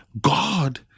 God